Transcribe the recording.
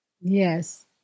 Yes